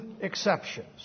exceptions